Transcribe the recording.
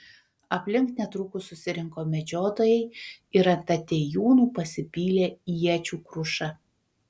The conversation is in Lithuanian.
aplink netrukus susirinko medžiotojai ir ant atėjūnų pasipylė iečių kruša